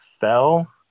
fell